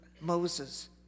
Moses